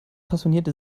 passionierte